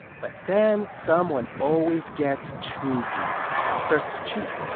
but then someone always gets too greedy and starts to cheat.